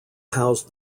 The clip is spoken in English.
housed